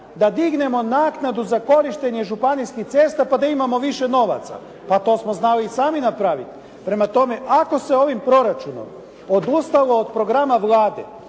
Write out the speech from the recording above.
da dignemo naknadu za korištenje županijskih cesta, pa da imamo više novaca. Pa to smo znali i sami napraviti. Prema tome, ako se ovim proračunom odustalo od Programa Vlade,